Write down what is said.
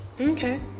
Okay